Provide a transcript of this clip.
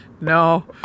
no